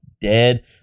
dead